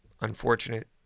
unfortunate